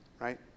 Right